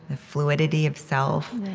the fluidity of self.